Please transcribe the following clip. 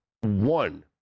one